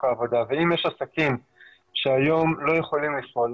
העבודה ואם יש עסקים שהיום לא יכולים לפעול,